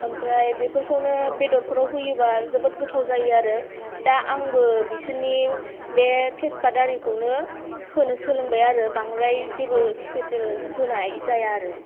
ओमफ्राय बेफोरखौनो बेदरफोराव होयोबा जोबोद गोथाव जायो आरो दा आंबो बिसोरनि बे थेसफात आरिखौनो होनो सोलोंबाय आरो बांद्राय जेबो सिपेसेल होनाय जाया आरो